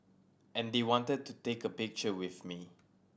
and they wanted to take a picture with me